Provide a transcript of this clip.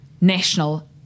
National